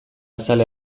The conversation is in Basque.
zale